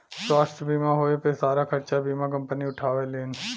स्वास्थ्य बीमा होए पे सारा खरचा बीमा कम्पनी उठावेलीन